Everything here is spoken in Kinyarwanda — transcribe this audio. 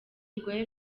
rwari